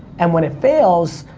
and when it fails,